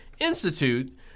Institute